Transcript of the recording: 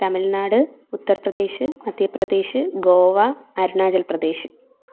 Tamil Nadu Uttar Pradesh Madhya Pradesh Goa Arunachal Pradesh